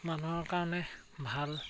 মানুহৰ কাৰণে ভাল